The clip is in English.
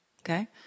Okay